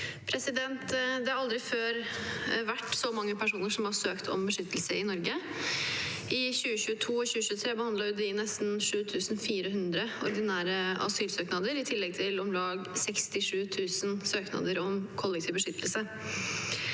Det har aldri før vært så mange personer som har søkt om beskyttelse i Norge. I 2022 og 2023 behandlet UDI nesten 7 400 ordinære asylsøknader i tillegg til om lag 67 000 søknader om kollektiv beskyttelse.